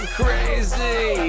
crazy